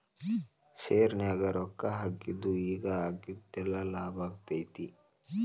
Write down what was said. ಶೆರ್ನ್ಯಾಗ ರೊಕ್ಕಾ ಹಾಕಿದ್ದು ಈಗ್ ಅಗ್ದೇಲಾಭದಾಗೈತಿ